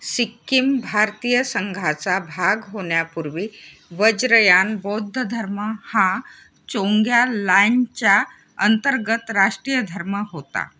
सिक्कीम भारतीय संघाचा भाग होण्यापूर्वी वज्रयान बौद्ध धर्म हा चोग्यालांच्या अंतर्गत राष्टीय धर्म होता